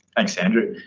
thanks andrew.